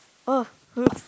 oh whoops